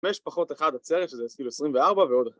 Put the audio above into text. חמש פחות אחד עצרת שזה כאילו 24 ועוד אחת